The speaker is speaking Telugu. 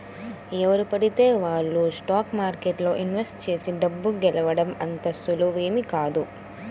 ఎవరు పడితే వాళ్ళు స్టాక్ మార్కెట్లో ఇన్వెస్ట్ చేసి డబ్బు గెలవడం అంత సులువేమీ కాదు